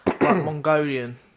Mongolian